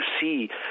see